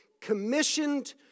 commissioned